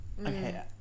Okay